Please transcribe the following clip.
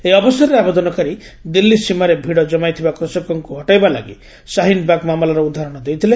ଏହି ଅବସରରେ ଆବେଦନକାରୀ ଦିଲ୍ଲୀ ସୀମାରେ ଭିଡ଼ ଜମାଇଥିବା କୃଷକଙ୍କୁ ହଟାଇବା ଲାଗି ଶାହିନ ବାଗ୍ ମାମଲାର ଉଦାହରଣ ଦେଇଥିଲେ